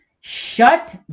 Shut